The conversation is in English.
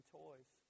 toys